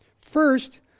First